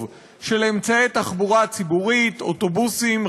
של אמצעי תחבורה ציבורית: אוטובוסים,